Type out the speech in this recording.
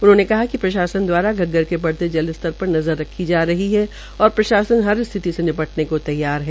उन्होंने बताया कि प्रशासन द्वारा घग्गर के बढ़ते जल स्तर पर नज़र रखी जा रही है और प्रशासन स्थिति से निपटने को तैयार है